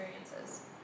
experiences